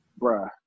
bruh